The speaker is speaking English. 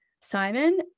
Simon